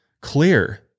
clear